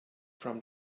from